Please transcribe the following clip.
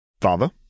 Father